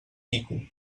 quico